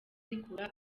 zikura